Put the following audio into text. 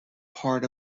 part